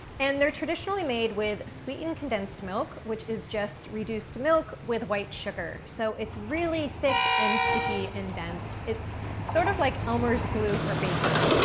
and they're traditionally made with sweetened condensed milk, which is just reduced milk with white sugar. so, it's really thick and sticky and dense. it's sort of like elmer's glue for baking,